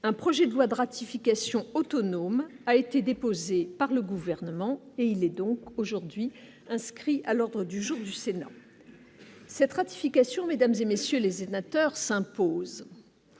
un projet de loi de ratification autonome a été déposé par le gouvernement et il est donc aujourd'hui inscrit à l'ordre du jour du Sénat cette ratification, mesdames et messieurs les et Naters impose,